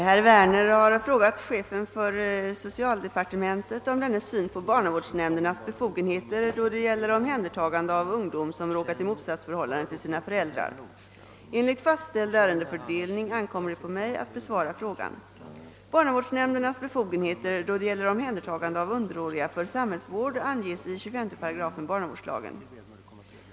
Herr talman! Herr Werner har frågat chefen för socialdepartementet om dennes syn på barnavårdsnämndernas befogenheter då: det gäller omhändertagande av ungdom som råkat i motsatsförhållande till sina föräldrar. Enligt fastställd ärendefördelning ankommer det på mig att besvara frågan. Barnavårdsnämndernas befogenheter då det gäller omhändertagande av underåriga för samhällsvård anges i 25 8 barnavårdslagen.